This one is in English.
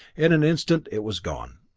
in an instant it was gone.